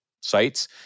sites